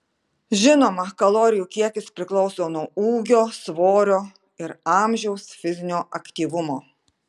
žinoma kalorijų kiekis priklauso nuo ūgio svorio ir amžiaus fizinio aktyvumo